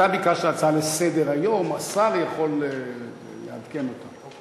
אתה ביקשת הצעה לסדר-היום, השר יכול לעדכן אותה.